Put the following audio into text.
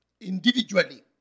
individually